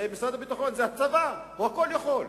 משרד הביטחון זה הצבא, הוא כול-יכול.